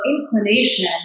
inclination